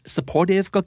Supportive